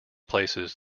places